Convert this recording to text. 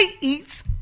eats